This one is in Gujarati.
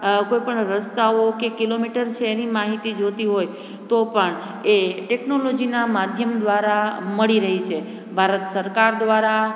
કોઈપણ રસ્તાઓ કે કિલોમીટર છે એની માહિતી જોતી હોય તો પણ એ ટેકનોલોજીના માધ્યમ દ્વારા મળી રહે છે ભારત સરકાર દ્વારા